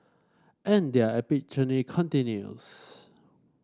and their epic journey continues